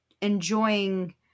enjoying